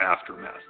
aftermath